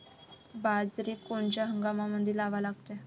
बाजरी कोनच्या हंगामामंदी लावा लागते?